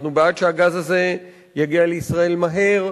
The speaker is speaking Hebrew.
אנחנו בעד שהגז הזה יגיע לישראל מהר,